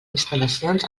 instal·lacions